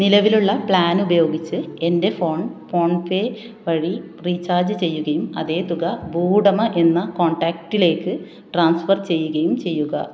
നിലവിലുള്ള പ്ലാനുപയോഗിച്ച് എൻ്റെ ഫോൺ ഫോൺപേ വഴി റീചാർജ് ചെയ്യുകയും അതേ തുക ഭൂവുടമ എന്ന കോൺടാക്റ്റിലേക്ക് ട്രാൻസ്ഫർ ചെയ്യുകയും ചെയ്യുക